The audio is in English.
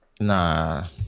nah